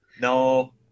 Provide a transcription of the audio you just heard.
No